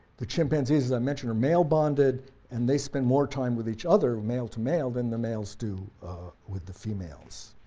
chimpanzees, as i mentioned, are male bonded and they spend more time with each other, male to male, than the males do with the females.